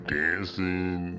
dancing